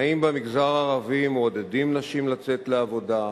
האם במגזר הערבי מעודדים נשים לצאת לעבודה?